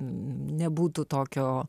nebūtų tokio